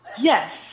yes